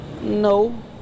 No